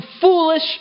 foolish